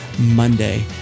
Monday